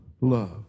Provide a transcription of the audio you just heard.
love